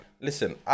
Listen